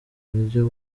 buryo